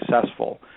successful